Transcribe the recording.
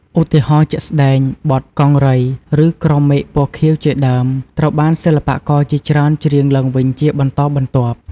ឧទាហរណ៍ជាក់ស្ដែង បទ កង្រី ឬ ក្រោមមេឃពណ៌ខៀវ ជាដើម ត្រូវបានសិល្បករជាច្រើនច្រៀងឡើងវិញជាបន្តបន្ទាប់ ។